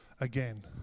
again